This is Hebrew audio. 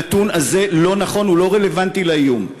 הנתון הזה לא נכון, הוא לא רלוונטי לאיום.